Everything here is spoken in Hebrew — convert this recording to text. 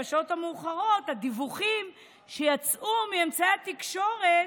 בשעות המאוחרות, הדיווחים שיצאו מאמצעי התקשורת